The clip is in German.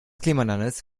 klimawandels